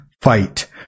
fight